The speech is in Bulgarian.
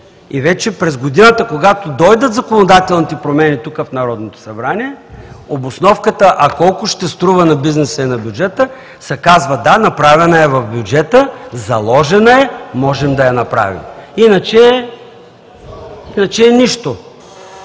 И вече, когато дойдат законодателните промени тук, в Народното събрание, в обосновката колко ще струва на бизнеса и бюджета се казва: да, направена е в бюджета, заложена е, можем да я направим. Иначе, иначе